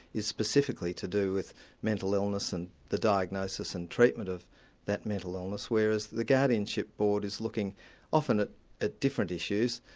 is specifically to do with mental illness and the diagnosis and treatment of that mental illness, whereas the guardianship board is looking often at at different issues,